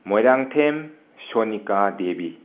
Moirangthem Sonika Devi